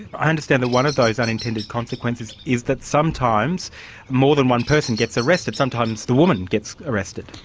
i understand that one of those unintended consequences is that sometimes more than one person gets arrested, sometimes the woman gets arrested.